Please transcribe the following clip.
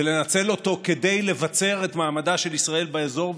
לנצל אותו כדי לבצר את מעמדה של ישראל באזור,